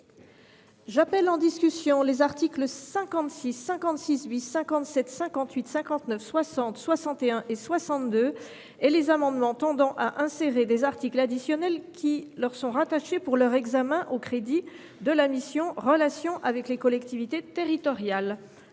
J’appelle en discussion les articles 56, 56 , 57, 58, 59, 60, 61 et 62, ainsi que les amendements portant articles additionnels qui sont rattachés, pour leur examen, aux crédits de la mission « Relations avec les collectivités territoriales ».